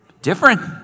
Different